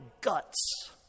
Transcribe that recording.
guts